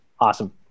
Awesome